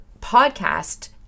podcast